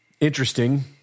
Interesting